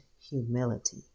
humility